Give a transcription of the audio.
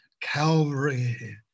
Calvary